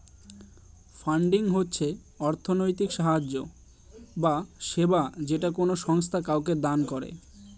funding হচ্ছে অর্থনৈতিক সাহায্য বা সেবা যেটা কোনো সংস্থা কাউকে দান করে